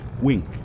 wink